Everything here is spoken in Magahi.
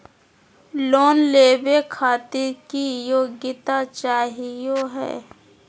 लोन लेवे खातीर की योग्यता चाहियो हे?